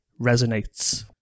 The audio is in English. resonates